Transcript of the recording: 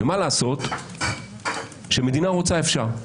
מה לעשות, כאשר מדינה רוצה אפשר.